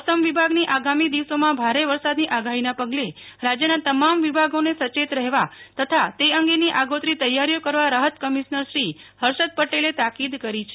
મોસમ વિભાગની આગામી દિવસોમાં ભારે વરસાદની આગાહીના પગલે રાજ્યમાં તમામ વિભાગોને સચેત રહેવા તથા તે અંગેની આગોતરી તૈયારીઓ કરવા રાહત કમિશ્નર શ્રી હર્ષદ પટેલે તાકીદ કરી છે